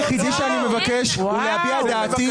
אני רק מבקש לנצל את זכותי ולהביע את דעתי.